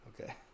Okay